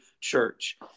church